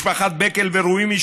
משפחת בקל ומשפחת רואימי,